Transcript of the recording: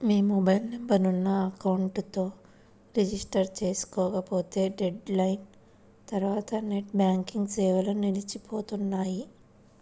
మీ mobile నెంబర్ను account తో register చేసుకోకపోతే డెడ్ లైన్ తర్వాత నెట్ బ్యాంకింగ్ సేవలు నిలిచిపోనున్నాయి